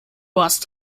hast